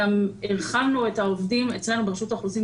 גם הכנו את העובדים אצלנו ברשות האוכלוסין,